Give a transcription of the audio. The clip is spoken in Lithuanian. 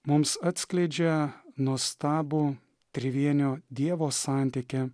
mums atskleidžia nuostabų trivienio dievo santykį